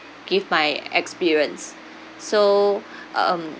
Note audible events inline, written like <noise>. give my experience so <breath> um